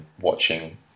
watching